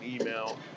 email